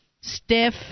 stiff